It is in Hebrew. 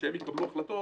וכשהם יקבלו החלטות,